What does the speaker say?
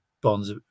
bonds